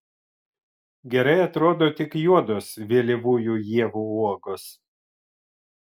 gerai atrodo tik juodos vėlyvųjų ievų uogos